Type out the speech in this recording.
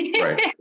Right